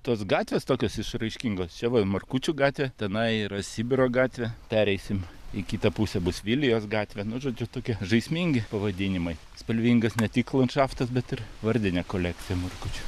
tos gatvės tokios išraiškingos čia va markučių gatvė tenai yra sibiro gatvė pereisim į kitą pusę bus vilijos gatvę nu žodžiu tokie žaismingi pavadinimai spalvingas ne tik landšaftas bet ir vardinė kolekciją markučių